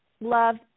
love